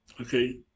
okay